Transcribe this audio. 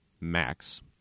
max